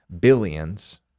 billions